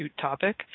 topic